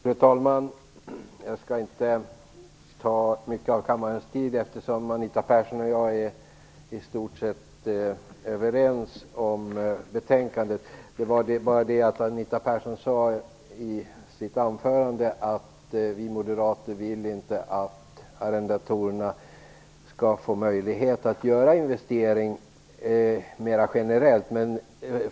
Fru talman! Jag skall inte uppta mycket av kammarens tid, eftersom Anita Persson och jag är i stort sett överens om betänkandet. Anita Persson sade emellertid i sitt anförande att vi moderater inte vill att arrendatorerna skall få möjlighet att göra investeringar mer generellt.